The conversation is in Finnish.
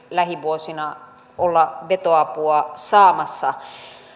lähivuosina olla juuri vetoapua saamassa